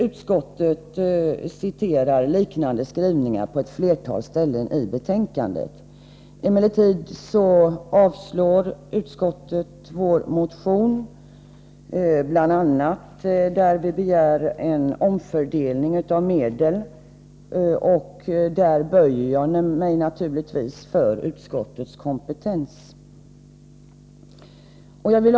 Utskottet citerar liknande skrivningar på flera ställen i betänkandet. Emellertid avstyrker utskottet vår motion, bl.a. i den del där vi begär en omfördelning av medel. Där böjer jag mig naturligtvis för utskottets kompetens.